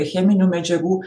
cheminių medžiagų